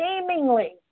seemingly